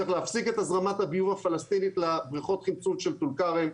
צריך להפסיק את זרימת הביוב הפלסטינית לבריכות חמצון של טול כרם,